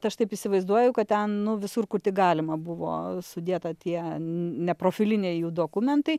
tai aš taip įsivaizduoju kad ten nu visur kur tik galima buvo sudėta tie neprofiliniai jų dokumentai